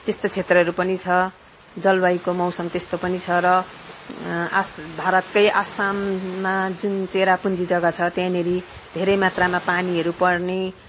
त्यस्तो क्षेत्रहरू पनि छ जलवायुको मौसम त्यस्तो पनि छ र आस भारतको असममा जुन चेरापुन्जी जगा छ त्यहाँनेरि धेरै मात्रमा पनि पानीहरू पर्ने